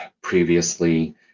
previously